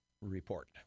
report